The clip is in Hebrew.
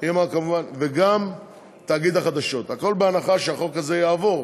וגם תאגיד החדשות, הכול בהנחה שהחוק הזה יעבור.